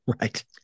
Right